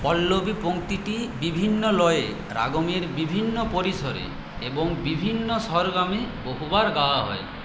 পল্লবী পংক্তিটি বিভিন্ন লয়ে রাগমের বিভিন্ন পরিসরে এবং বিভিন্ন স্বরগ্রামে বহুবার গাওয়া হয়